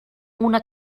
una